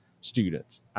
students